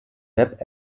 web